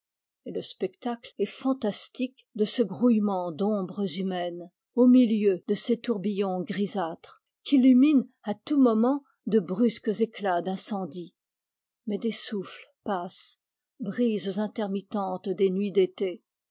et le spectacle est fantastique de ce grouillement d'ombres humaines au milieu de ces tourbillons grisâtres qu'illuminent à tous moments de brusques éclats d'incendie mais des souffles passent brises intermittentes des nuits d'été